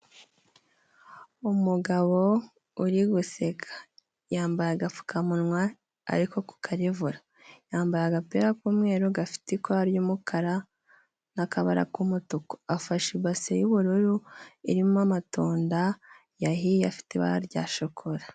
Umugabo uri guseka yambaye agapfukamunwa, ariko ku karevura yambaye agapira k'umweru gafite iko ry'umukara, n'akabara k'umutuku afashe ibase y'ubururu irimo amatunda, yahiye afite ibara rya shokora.